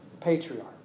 patriarch